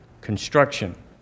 construction